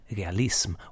realism